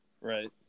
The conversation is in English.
right